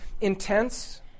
intense